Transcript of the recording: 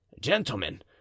gentlemen